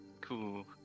Cool